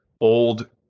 old –